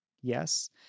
yes